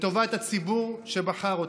לטובת הציבור שבחר אותם.